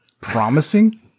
Promising